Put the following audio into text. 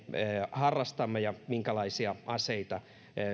harrastamme ja minkälaisia aseita